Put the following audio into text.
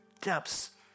depths